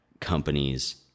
companies